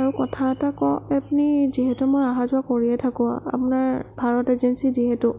আৰু কথা এটা কওঁ আপুনি যিহেতু মই অহা যোৱা কৰিয়েই থাকোঁ আপোনাৰ ভাৰত এজেঞ্চি যিহেতু